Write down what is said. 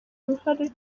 ruhare